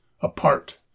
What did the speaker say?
apart